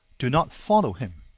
do not follow him,